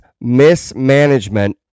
mismanagement